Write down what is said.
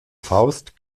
faust